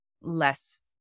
less